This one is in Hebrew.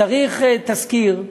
צריך תסקיר,